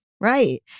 Right